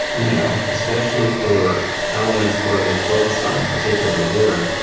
you know especially for elements where they focus on a particular word,